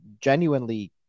genuinely